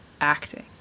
acting